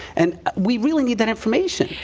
and we really need that information.